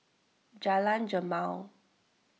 Jalan Jamal